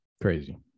crazy